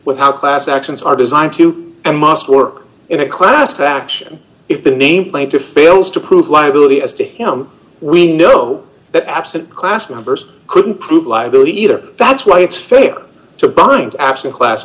how class actions are designed to and must work in a class action if the name plaintiff fails to prove liability as to him we know that absent class members couldn't prove liability either that's why it's fair to bind absent class